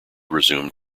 resumed